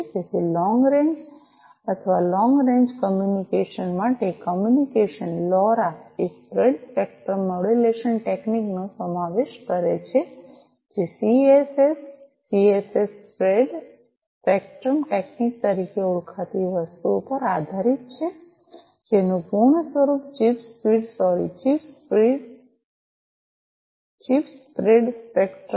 તેથી long range અથવા long range communication માટે કોમ્યુનિકેશન લોરા એ સ્પ્રેડ સ્પેક્ટ્રમ મોડ્યુલેશન ટેકનિક નો સમાવેશ કરે છે જે CSS CSS spread spectrum technique તરીકે ઓળખાતી વસ્તુ પર આધારિત છે જેનું પૂર્ણ સ્વરૂપ છે chirp speed sorry chirp spread spectrum